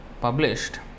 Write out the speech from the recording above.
published